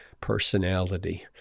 personality